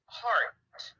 heart